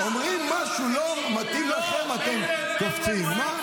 אומרים משהו לא מתאים לכם, אתם קופצים.